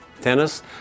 tennis